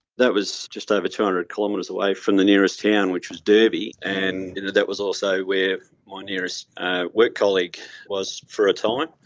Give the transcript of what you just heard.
that was just over two hundred kilometres away from the nearest town, which was derby, and that was also where my nearest work colleague was for a time.